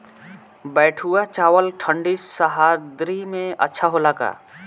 बैठुआ चावल ठंडी सह्याद्री में अच्छा होला का?